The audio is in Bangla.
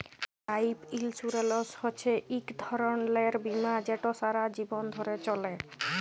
লাইফ ইলসুরেলস হছে ইক ধরলের বীমা যেট সারা জীবল ধ্যরে চলে